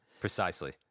Precisely